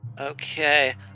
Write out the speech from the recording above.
Okay